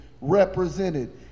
represented